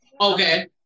Okay